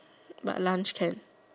but lunch can